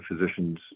physicians